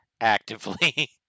actively